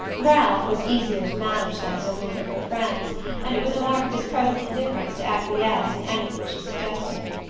ralph was easier to manage than so many of her friends and it was a mark of his present indifference to acquiesce in anything she suggested.